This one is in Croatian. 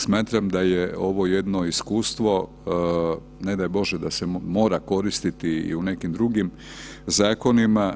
Smatram da je ovo jedno iskustvo, ne daj Bože da se mora koristiti i u nekim drugim zakonima.